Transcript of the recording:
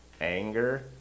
anger